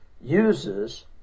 uses